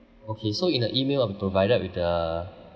okay so in the email I'll be provided with the